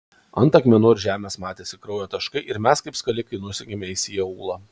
ant akmenų ir žemės matėsi kraujo taškai ir mes kaip skalikai nusekėme jais į aūlą